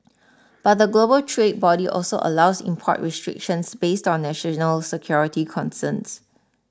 but the global trade body also allows import restrictions based on national security concerns